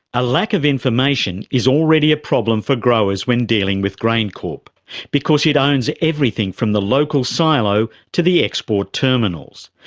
a lack of information is already a problem for growers when dealing with graincorp because it owns everything from the local silo to the export terminals.